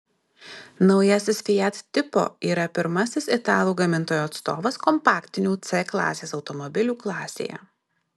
naujasis fiat tipo yra pirmasis italų gamintojo atstovas kompaktinių c klasės automobilių klasėje